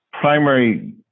primary